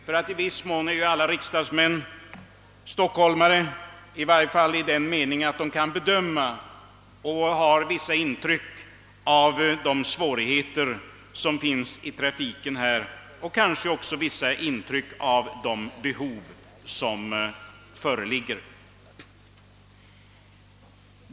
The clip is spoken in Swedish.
Alla riksdagsmän är för övrigt i viss mån stockholmare, i varje fall i den meningen att de kan bedöma de svårigheter som finns i trafiken här och kanske har vissa intryck av de behov som föreligger.